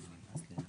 כן.